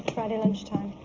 ready lunch time.